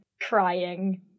crying